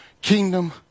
kingdom